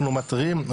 אנחנו מתריעים,